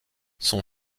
son